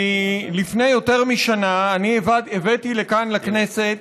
כי לפני יותר משנה אני הבאתי לכאן לכנסת